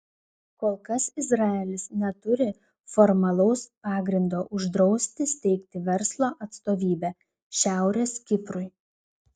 kol kas izraelis neturi formalaus pagrindo uždrausti steigti verslo atstovybę šiaurės kiprui